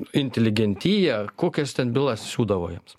inteligentiją kokias ten bylas siūdavo jiems